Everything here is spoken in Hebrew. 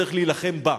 גזענות, צריך להילחם בה.